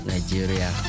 Nigeria